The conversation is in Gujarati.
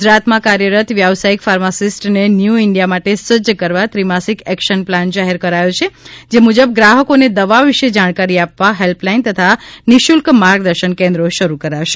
ગુજરાતમાં કાર્યરત વ્યાવસાથિક ફાર્માસિસ્ટને ન્યૂ ઇન્ડિથા માટે સજ્જ કરવા ત્રિમાસિક એકશન પ્લાન જાહેર કરાથો છે જે મુજબ ગ્રાહકોને દવા વિશે જાણકારી આપવા હેલ્પલાઇન તથા નિઃશુલ્ક માર્ગદર્શન કેન્દ્રો શરૂ કરાશે